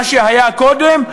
מה שהיה קודם,